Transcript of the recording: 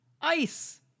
ICE